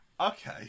Okay